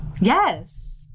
Yes